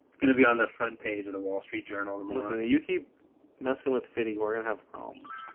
gonna be on the front page of the wall street journal. and listen a you keep messing with fitty we're gonna have problems